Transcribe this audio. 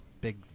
big